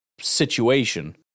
situation